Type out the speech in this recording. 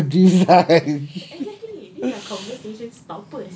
so what have I design